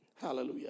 Hallelujah